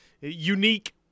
unique